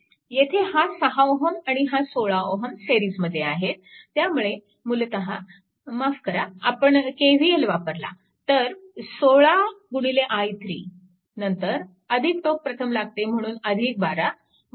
येथे हा 6 आणि हा 16 Ω सिरीजमध्ये आहेत त्यामुळे मूलतः माफ करा आपण KVL वापरला तर 16 i3 नंतर टोक प्रथम लागते म्हणून 12 0